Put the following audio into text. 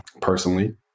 personally